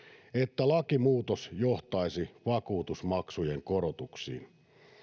että lakimuutos johtaisi vakuutusmaksujen korotuksiin